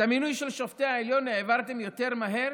את המינוי של שופטי העליון העברתם יותר מהר